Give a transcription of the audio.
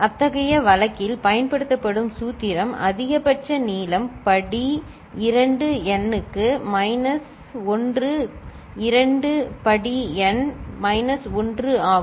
அத்தகைய வழக்கில் பயன்படுத்தப்படும் சூத்திரம் அதிகபட்ச நீளம் 2 படி n க்கு மைனஸ் 1 2 படி n மைனஸ் 1 ஆகும்